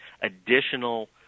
Additional